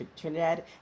Trinidad